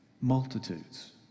Multitudes